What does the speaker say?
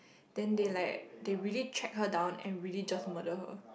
then they like they really track her down and really just murder her